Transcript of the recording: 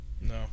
No